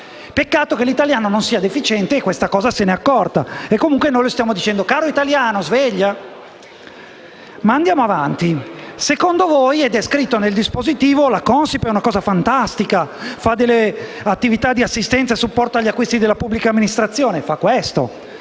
Peccato che l'italiano non sia deficiente e che di questo se ne sia accorto. E comunque noi stiamo dicendo al caro italiano di svegliarsi. Ma andiamo avanti. Secondo voi - è scritto nel dispositivo - la Consip è una cosa fantastica e svolge attività di assistenza e supporto agli acquisti della pubblica amministrazione. Fa questo.